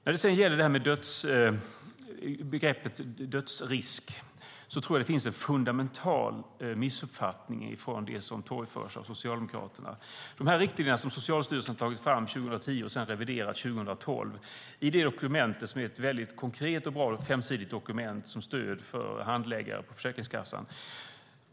När det sedan gäller begreppet dödsrisk tror jag att det finns en fundamental missuppfattning i fråga om det som torgförs av Socialdemokraterna. De här riktlinjerna som Socialstyrelsen tog fram 2010 och sedan reviderade 2012 består av ett konkret och bra femsidigt dokument som är ett stöd för handläggare på Försäkringskassan.